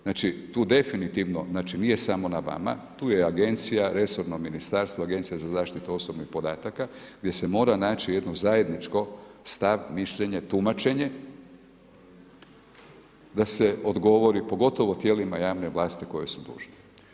Znači, tu definitivno nije samo na vama, tu je Agencija, resorno ministarstvo, Agencija za zaštitu osobnih podataka gdje se mora naći jedno zajedničko stav, mišljenje, tumačenje da se odgovori pogotovo tijelima javne vlasti koje su dužne.